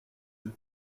eux